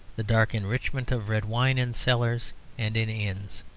the dark enrichment of red wine in cellars and in inns,